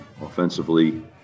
Offensively